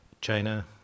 China